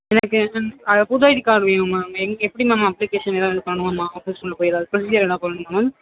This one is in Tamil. எனக்கு மேம் புது ஐடி கார்ட் வேணும் மேம் எங் எப்படி மேம் அப்ளிகேஷன் ஏதாவது பண்ணலாமா ஆஃபிஸ் ரூமில் போய் ஏதாவது ப்ரொசீஜர் ஏதாவது பண்ணணுமா மேம்